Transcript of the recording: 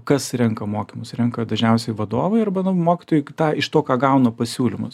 kas renka mokymus renka dažniausiai vadovai arba nu mokytojai iš to ką gauna pasiūlymus